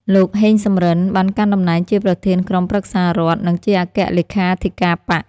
លោក ហេង សំរិន បានកាន់តំណែងជាប្រធានក្រុមប្រឹក្សារដ្ឋ និងជាអគ្គលេខាធិការបក្ស។